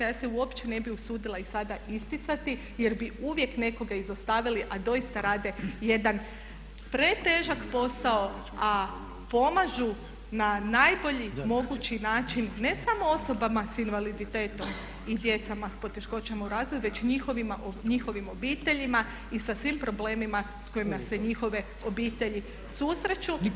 Ja se uopće ne bih usudila ih sada isticati jer bi uvijek nekoga izostavili, a doista rade jedan pretežak posao, a pomažu na najbolji mogući način ne samo osobama sa invaliditetom i djecom s poteškoćama u razvoju već njihovim obiteljima i sa svim problemima sa kojima se njihove obitelji susreću.